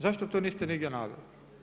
Zašto to niste nigdje naveli?